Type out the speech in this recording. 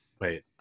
Wait